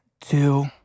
two